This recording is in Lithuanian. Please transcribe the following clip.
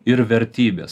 ir vertybės